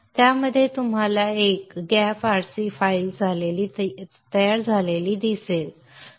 तर त्यामध्ये तुम्हाला एक gaf rc फाइल तयार झालेली दिसेल